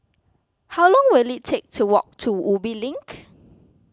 how long will it take to walk to Ubi Link